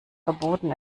verboten